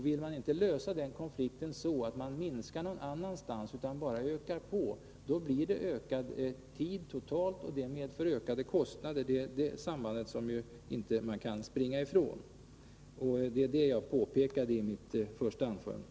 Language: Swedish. Vill man inte lösa den konflikten så, att man minskar någon annanstans utan bara ökar på, blir det totalt en ökning av tiden, vilket medför större kostnader. Det sambandet kan man inte springa ifrån, vilket jag också påpekat i mitt första anförande.